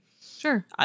sure